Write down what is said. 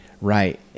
Right